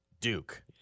Duke